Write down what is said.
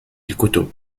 الكتب